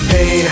Hey